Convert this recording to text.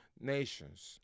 nations